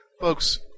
Folks